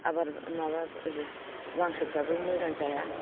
आबाद माबा गांसोफ्राबो मोजां जाया